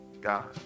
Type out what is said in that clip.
God